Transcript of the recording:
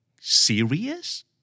serious